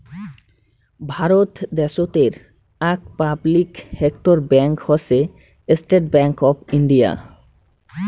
ভারত দ্যাশোতের আক public sector bank হসে স্টেট্ ব্যাঙ্ক অফ ইন্ডিয়া